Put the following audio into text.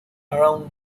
around